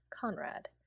Conrad